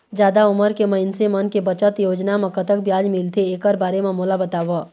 जादा उमर के मइनसे मन के बचत योजना म कतक ब्याज मिलथे एकर बारे म मोला बताव?